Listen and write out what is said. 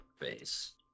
Face